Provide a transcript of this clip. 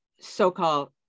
so-called